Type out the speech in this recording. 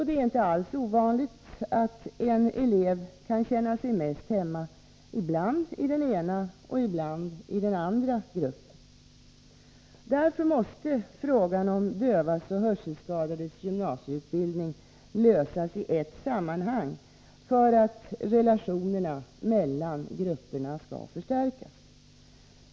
Det är inte alls ovanligt att en elev kan känna sig mest hemma ibland i den ena och ibland i den andra gruppen. För att relationerna mellan dessa grupper skall förstärkas måste frågan om dövas och hörselskadades gymnasieutbildning Nr 52 lösas i ett sammanhang.